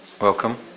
Welcome